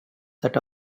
that